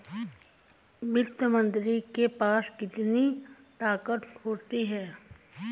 वित्त मंत्री के पास कितनी ताकत होती है?